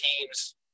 teams